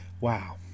wow